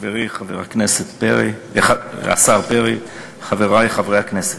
חברי חבר הכנסת השר פרי, חברי חברי הכנסת,